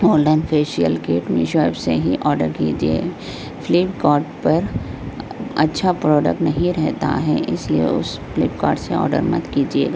golden facial kit Meesho app سے ہی order کیجیے فلپکارٹ پر اچھا پروڈکٹ نہیں رہتا ہے اس لیے اس فلپکارٹ سے آڈر مت کیجیے